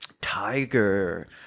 tiger